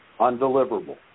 undeliverable